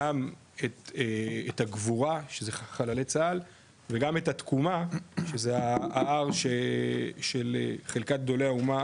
גם את הגבורה שזה חללי צה"ל וגם את התקומה שזה ההר של חלקת גדולי האומה